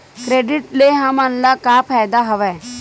Credit ले हमन ला का फ़ायदा हवय?